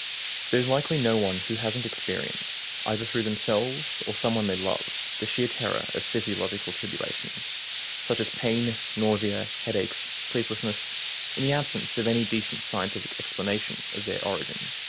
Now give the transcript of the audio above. there's likely no one who hasn't experienced, either through themselves or someone they love, the sheer terror of physiological tribulation such as pain, nausea, headaches, sleeplessness in the absence of any decent scientific explanation of their origin.